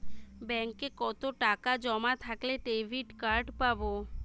ব্যাঙ্কে কতটাকা জমা থাকলে ডেবিটকার্ড পাব?